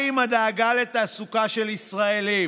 מה עם הדאגה לתעסוקה של ישראלים?